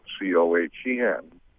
C-O-H-E-N